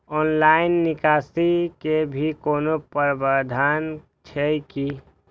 Online निकासी के भी कोनो प्रावधान छै की?